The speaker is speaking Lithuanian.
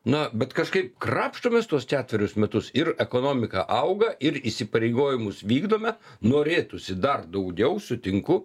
na bet kažkaip krapštomės tuos ketverius metus ir ekonomika auga ir įsipareigojimus vykdome norėtųsi dar daugiau sutinku